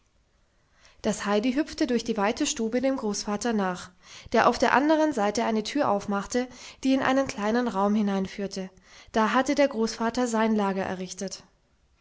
das heidi hüpfte durch die weite stube dem großvater nach der auf der anderen seite eine tür aufmachte die in einen kleinen raum hineinführte da hatte der großvater sein lager errichtet